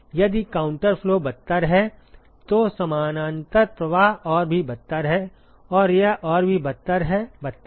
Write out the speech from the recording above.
यदि counter flow बदतर है तो समानांतर प्रवाह और भी बदतर है यह और भी बदतर है बदतर है